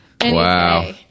Wow